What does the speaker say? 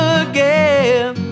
again